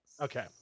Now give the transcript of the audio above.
Okay